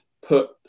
put